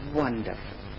wonderful